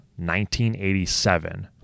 1987